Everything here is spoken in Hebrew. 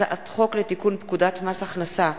הצעת חוק לתיקון פקודת מס הכנסה (מס'